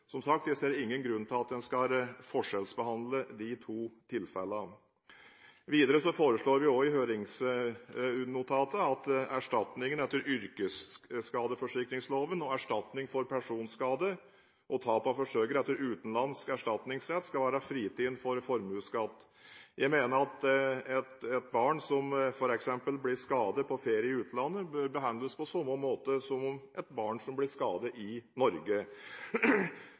Som sagt, jeg ser ingen grunn til at man skal forskjellsbehandle de to tilfellene. Videre foreslår vi også i høringsnotatet at erstatning etter yrkesskadeforsikringsloven og erstatning for personskade og tap av forsørger etter utenlandsk erstatningsrett skal være fritatt for formuesskatt. Jeg mener at et barn som f.eks. blir skadet på ferie i utlandet, bør behandles på samme måte som et barn som blir skadet i Norge.